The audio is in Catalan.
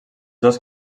dos